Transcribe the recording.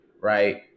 right